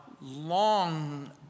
long